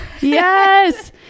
yes